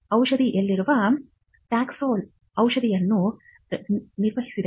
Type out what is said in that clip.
ಷಧದಲ್ಲಿರುವ Taxol drug ಷಧಿಯನ್ನು ನಿರ್ವಹಿಸಿದೆ